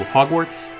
Hogwarts